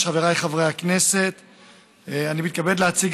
רבותיי, אנחנו עוברים להצעת